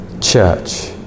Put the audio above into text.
church